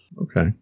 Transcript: Okay